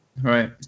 right